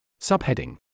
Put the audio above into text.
Subheading